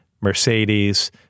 Mercedes